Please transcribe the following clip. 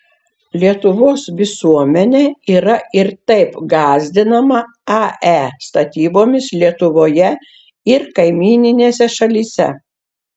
lietuvos visuomenė yra ir taip gąsdinama ae statybomis lietuvoje ir kaimyninėse šalyse